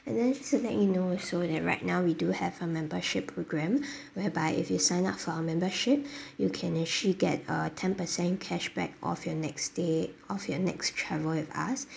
and then just to let you know also that right now we do have a membership programme whereby if you sign up for our membership you can actually get a ten percent cashback off your next stay off your next travel with us